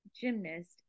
gymnast